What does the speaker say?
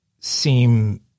seem